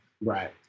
Right